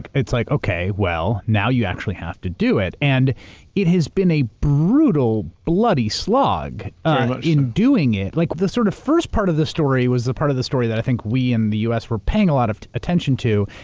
it's like, okay, well, now you actually have to do it. and it has been a brutal, bloody slog in doing it. like the sort of first part of the story was the part of the story that i think we in the u. s. were paying a lot of attention to.